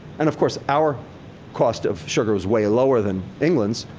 and of course, our cost of sugar is way lower than england's.